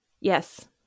Yes